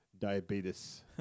diabetes